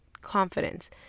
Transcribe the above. confidence